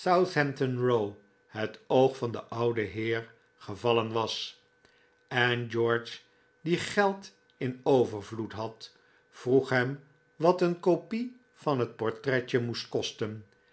southampton row het oog van den ouden heer gevallen was en george die geld in overvloed had vroeg hem wat een kopie van het portretje moest kosten